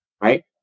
right